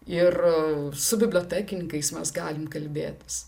ir su bibliotekininkais mes galim kalbėtis